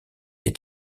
des